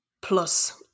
Plus